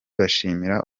bashimira